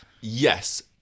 Yes